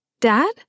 Dad